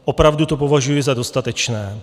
Opravdu to považuji za dostatečné.